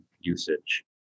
usage